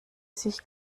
sich